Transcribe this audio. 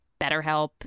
BetterHelp